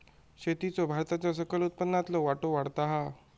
शेतीचो भारताच्या सकल उत्पन्नातलो वाटो वाढता हा